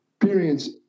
experience